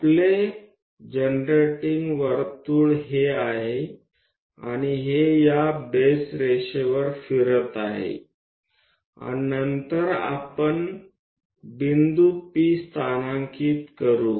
आपले जनरेटिंग वर्तुळ हे आहे आणि हे या बेस रेषेवर फिरत आहे आणि नंतर आपण बिंदू P स्थानांकित करू